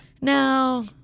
No